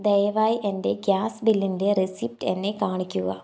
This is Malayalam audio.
ദയവായി എൻ്റെ ഗ്യാസ് ബില്ലിൻ്റെ റെസിപ്റ്റ് എന്നെ കാണിക്കുക